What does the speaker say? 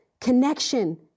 connection